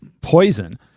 poison